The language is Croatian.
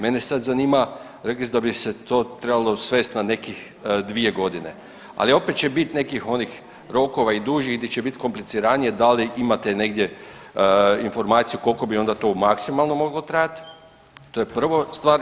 Mene sad zanima, rekli ste da bi se to trebalo svest na nekih 2.g., ali opet će bit nekih onih rokova i dužih gdje će bit kompliciranije da li imate negdje informaciju koliko bi onda to maksimalno moglo trajat, to je prva stvar.